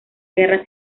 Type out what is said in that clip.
guerra